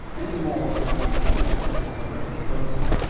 any more than i am promulgating a retrogressive,